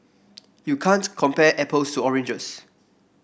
you can't compare apples to oranges